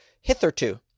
hitherto